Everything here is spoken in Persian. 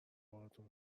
باهاتون